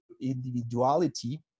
individuality